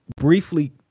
briefly